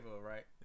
right